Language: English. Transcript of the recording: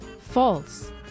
False